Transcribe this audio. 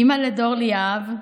אימא לדור ליאב,